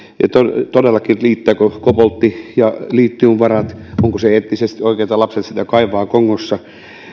todellakin riittävätkö koboltti ja litiumvarat onko se eettisesti oikein että lapset sitä kaivavat kongossa